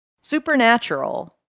Supernatural